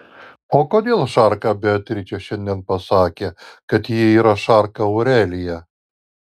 o kodėl šarka beatričė šiandien pasakė kad ji yra šarka aurelija